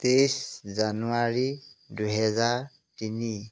তেইছ জানুৱাৰী দুহেজাৰ তিনি